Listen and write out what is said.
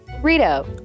Rito